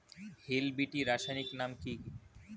Hill BT রাসায়নিক নাম কি?